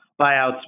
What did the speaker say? buyouts